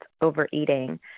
overeating